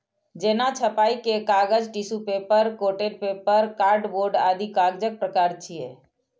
जेना छपाइ के कागज, tissue paper, coated paper, cardboard आदि कागजक प्रकार छियै